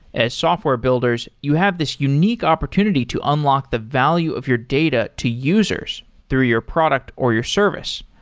as software builders, you have this unique opportunity to unlock the value of your data to users through your product or your service.